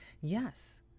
yes